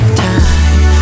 time